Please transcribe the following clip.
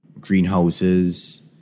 greenhouses